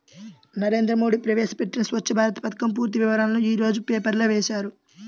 నరేంద్ర మోడీ ప్రవేశపెట్టిన స్వఛ్చ భారత్ పథకం పూర్తి వివరాలను యీ రోజు పేపర్లో వేశారు